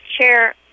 chair